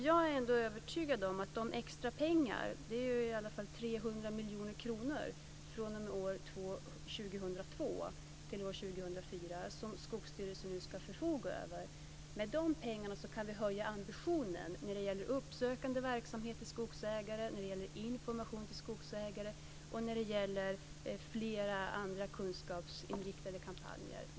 Jag är ändå övertygad om att vi med de här extrapengarna, det är i alla fall 300 miljoner kronor fr.o.m. år 2002 t.o.m. år 2004 som Skogsstyrelsen nu ska förfoga över, kan höja ambitionen när det gäller uppsökande verksamhet till skogsägare, när det gäller information till skogsägare och när det gäller flera andra kunskapsinriktade kampanjer.